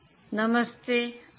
નમસ્તે આભાર